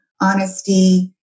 honesty